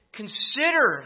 consider